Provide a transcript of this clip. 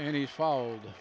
and he followed